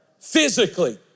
physically